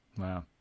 Wow